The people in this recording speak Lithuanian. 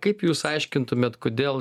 kaip jūs aiškintumėt kodėl